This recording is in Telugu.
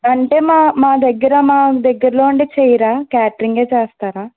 అంటే మా మా దగ్గర మా దగ్గరలో ఉండి చేయరా క్యాటరింగ్ చేస్తారా